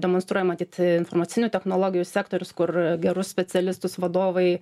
demonstruoja matyt informacinių technologijų sektorius kur gerus specialistus vadovai